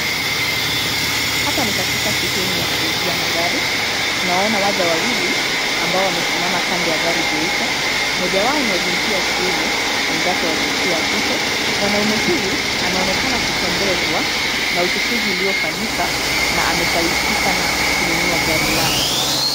Hapa ni katika sehemu ya kuuzia magari, tunawaona waja wawili ambao wamesimama kando ya gari jeupe, moja wao ni wa jinsia ya kiume mwenzake wa jinsia ya kike. Mwanaume huyu anaonekana kupendezwa na uchochezi uliofanyika na ameshawishika na kununua gari lake.